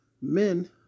men